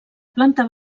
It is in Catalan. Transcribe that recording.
planta